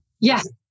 Yes